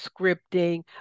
scripting